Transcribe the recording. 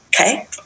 Okay